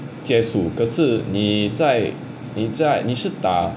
接触可是你在你在你是打